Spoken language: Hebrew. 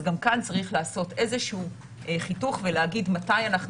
אז גם כאן צריך לעשות איזשהו חיתוך ולהגיד מתי אנחנו